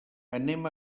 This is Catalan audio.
anem